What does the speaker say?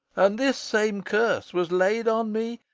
and this same curse was laid on me,